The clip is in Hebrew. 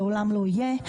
שלעולם לא יהיה,